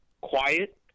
quiet